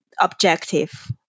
objective